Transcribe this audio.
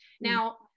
Now